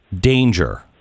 danger